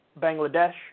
Bangladesh